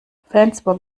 flensburg